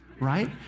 Right